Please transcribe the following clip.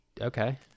okay